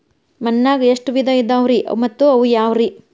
ಮಣ್ಣಾಗ ಎಷ್ಟ ವಿಧ ಇದಾವ್ರಿ ಮತ್ತ ಅವು ಯಾವ್ರೇ?